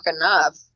enough